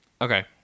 Okay